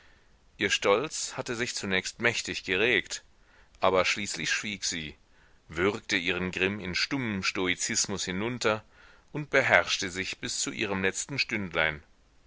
ihr stolz hatte sich zunächst mächtig geregt aber schließlich schwieg sie würgte ihren grimm in stummem stoizismus hinunter und beherrschte sich bis zu ihrem letzten stündlein